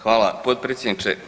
Hvala potpredsjedniče